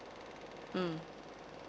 mm